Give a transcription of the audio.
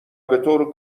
بطور